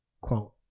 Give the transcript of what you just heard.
quote